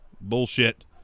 bullshit